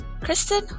Kristen